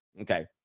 Okay